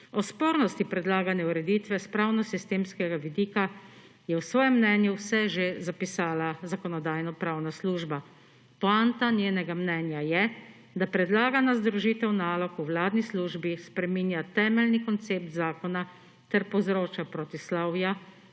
O spornosti predlagane ureditve s pravno sistemskega vidika, je v svojem mnenju vse že zapisala Zakonodajno-pravna služba. Poanta njenega mnenja je, da predlagana združitev nalog v vladni službi spreminja temeljni koncept zakona, ter povzroča protislovja